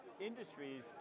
industries